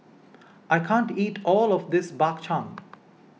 I can't eat all of this Bak Chang